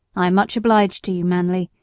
i am much obliged to you, manly.